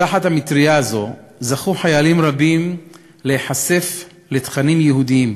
תחת המטרייה זו זכו חיילים רבים להיחשף לתכנים יהודיים,